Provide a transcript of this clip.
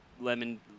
lemon